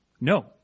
No